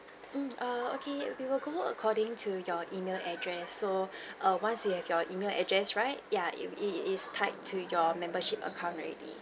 mm err okay we will go according to your email address so err once you have your email address right ya it it it is tied to your membership account already